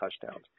touchdowns